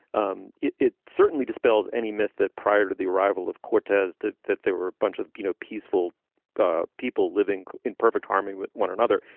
um it it certainly dispels any myth that prior to the arrival of cortez that that there were a bunch of, you know, peaceful people living in perfect harmony with one another.